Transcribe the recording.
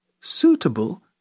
suitable